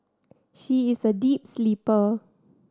she is a deep sleeper